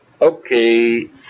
Okay